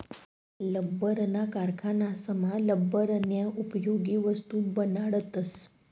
लब्बरना कारखानासमा लब्बरन्या उपयोगी वस्तू बनाडतस